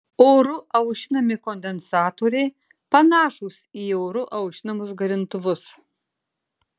oru aušinami kondensatoriai panašūs į oru aušinamus garintuvus